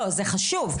זה חשוב.